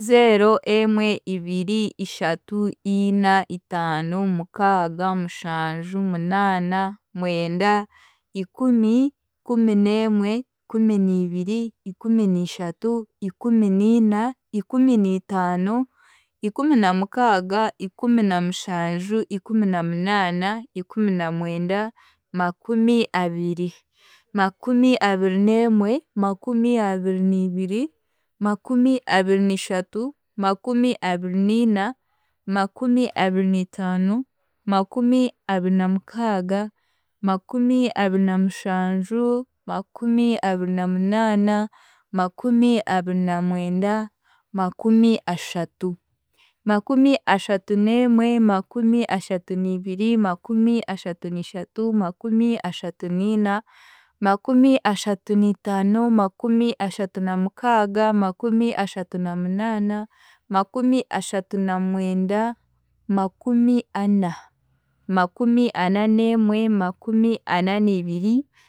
Zeero, emwe, ibiri, ishatu, ina, itaano, mukaaga, mushanju, munaana, mwenda, ikumi, kumuneemwe, kuminiibiri, ikuminiishatu, ikuminiina, ikuminiitaano, ikuminamukaaga, ikuminamushanju, ikuminamunaana, ikumunamwenda, makumi abiri, makumi abirineemwe, makumi abiriniibiri, makumi abiriniishatu, makumi abiriniina, makumi abiriniitaano, makumi abirinamukaaga, makumi abirinamushanju, makumi abirinamunaana, makumi abirinamwenda, makumi ashatu, makumi ashatuneemwe, makumi ashatuniibiri, makumi ashatuniishatu, makumi ashatuniina, makumi ashatuniitaano, makumi ashatunamukaaga, makumi ashatunamunaana, makumi ashatunamwenda, makumi ana, makumi ananeemwe, makumi ananiibiri